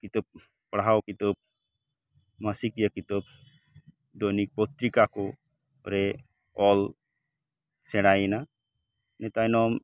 ᱠᱤᱛᱟᱹᱵ ᱯᱟᱲᱦᱟᱣ ᱠᱤᱛᱟᱹᱵ ᱢᱟᱥᱤᱠᱤᱭᱟᱹ ᱠᱤᱛᱟᱹᱵ ᱫᱚᱭᱱᱤᱠ ᱯᱚᱛᱨᱤᱠᱟᱠᱩ ᱨᱮ ᱚᱞ ᱥᱮᱬᱟᱭᱮᱱᱟ ᱤᱱᱟᱹ ᱛᱟᱭᱱᱚᱢ